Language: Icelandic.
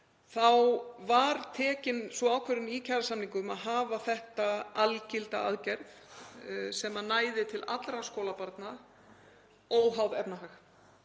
var sú ákvörðun tekin í kjarasamningum að hafa þetta algilda aðgerð sem næði til allra skólabarna óháð efnahag.